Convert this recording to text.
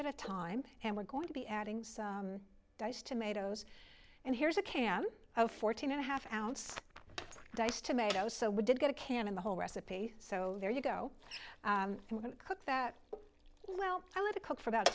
bit of time and we're going to be adding some diced tomatoes and here's a can of fourteen and a half ounce diced tomatoes so we did get a can in the whole recipe so there you go cook that well i love to cook for about